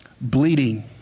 bleeding